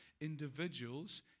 individuals